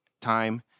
time